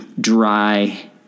dry